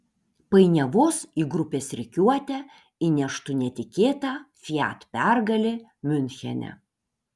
painiavos į grupės rikiuotę įneštų netikėta fiat pergalė miunchene